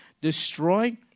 Destroy